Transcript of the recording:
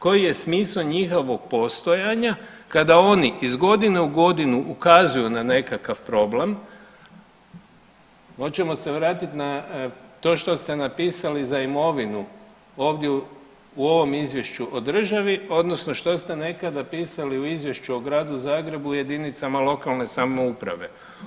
Koji je smisao njihovog postojanja kada oni iz godine u godinu ukazuju na nekakav problem, hoćemo se vratiti na to što ste napisali za imovinu, ovdje u ovom izvješću o državi, odnosno što ste nekada pisali u izvješću o Gradu Zagrebu i jedinicama lokalne samouprave.